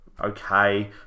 Okay